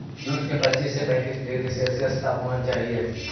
jute के पच्चीस से पैंतीस डिग्री सेल्सियस तापमान चाहहई